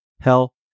Hell